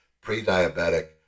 pre-diabetic